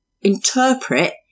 interpret